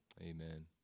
Amen